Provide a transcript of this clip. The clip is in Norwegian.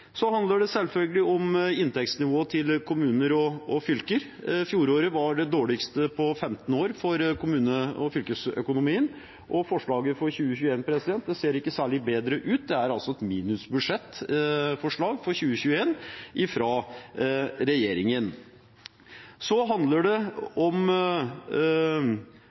Det handler selvfølgelig om inntektsnivået til kommuner og fylker. Fjoråret var det dårligste på 15 år for kommune- og fylkesøkonomien. Forslaget for 2021 ser ikke særlig bedre ut. Det er et minusbudsjettforslag for 2021 fra regjeringen. Så handler det om